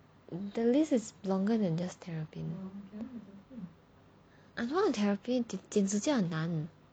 the list is longer than just terrapin I don't want a terrapin 剪指甲很难